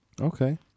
Okay